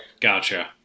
Gotcha